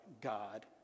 God